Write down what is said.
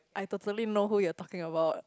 I totally know who you're talking about